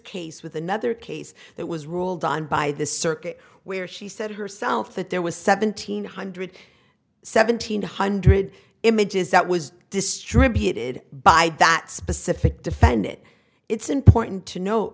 case with another case that was ruled on by the circuit where she said herself that there was seventeen hundred seventeen one hundred images that was distributed by that specific defend it it's important to no